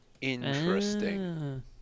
Interesting